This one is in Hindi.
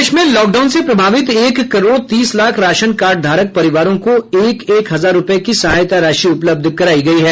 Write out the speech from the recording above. प्रदेश में लॉकडाउन से प्रभावित एक करोड़ तीस लाख राशन कार्डधारक परिवारों को एक एक हजार रूपये की सहायता राशि उपलब्ध करायी गयी है